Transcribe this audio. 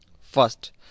First